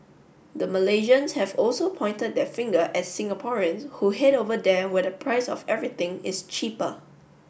the Malaysians have also pointed their finger at Singaporeans who head over there where the price of everything is cheaper